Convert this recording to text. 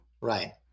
Right